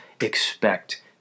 expect